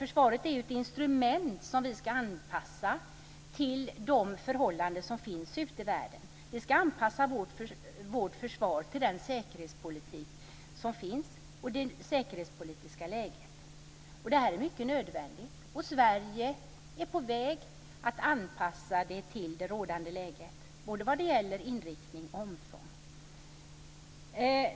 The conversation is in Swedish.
Försvaret är ett instrument som vi ska anpassa till de förhållanden som finns ute i världen. Vi ska anpassa vårt försvar till det säkerhetspolitiska läget, vilket är mycket nödvändigt, och Sverige är på väg att anpassa det till det rådande läget både vad det gäller inriktning och omfång.